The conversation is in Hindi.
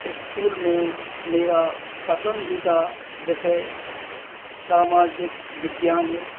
स्कूल में मेरा पसंदीदा विषय सामाजिक विज्ञान है